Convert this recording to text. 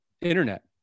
internet